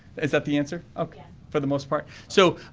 is that the answer for the most part? so